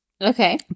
Okay